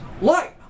light